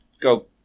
Go